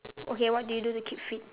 okay what do you do to keep fit